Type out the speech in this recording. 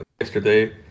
Yesterday